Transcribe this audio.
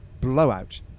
blowout